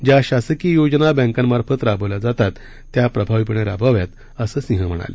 ज्या शासकीय योजना बँकांमार्फत राबविण्यात येतात त्या प्रभावीपणे राबवाव्यात असं सिंह म्हणाले